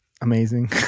Amazing